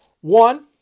One